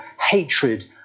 hatred